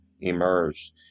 emerged